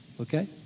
okay